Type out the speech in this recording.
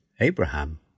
Abraham